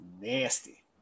nasty